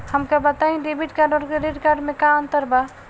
हमका बताई debit card और क्रेडिट कार्ड में का अंतर बा?